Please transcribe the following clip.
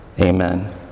Amen